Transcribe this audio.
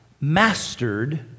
mastered